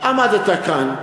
עמדת כאן,